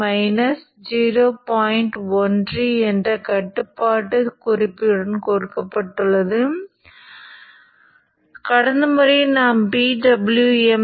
முன்னோக்கி மாற்றி ஒரு மூலைக்கு நகர்த்தப்பட்டு இருப்பதை நாம் பார்க்கிறோம்